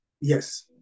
yes